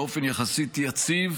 באופן יחסית יציב,